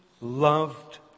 loved